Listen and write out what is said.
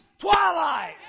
Twilight